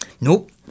Nope